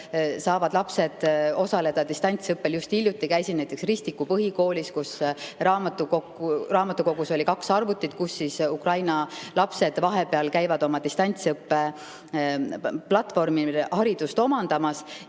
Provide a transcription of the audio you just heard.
saavad lapsed osaleda distantsõppel. Just hiljuti käisin näiteks Ristiku Põhikoolis, sealses raamatukogus oli kaks arvutit, mille taga Ukraina lapsed käivad vahepeal distantsõppe platvormil haridust omandamas.